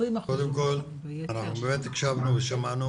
קודם כל אנחנו באמת הקשבנו ושמענו,